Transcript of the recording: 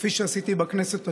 כפי שעשיתי בכנסת התשע-עשרה,